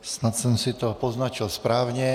Snad jsem si to poznačil správně.